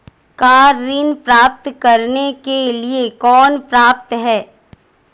Car ऋण प्राप्त करने के लिए कौन पात्र है?